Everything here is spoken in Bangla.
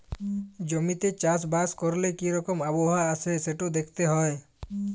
জমিতে চাষ বাস ক্যরলে কি রকম আবহাওয়া আসে সেটা দ্যাখতে হ্যয়